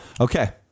Okay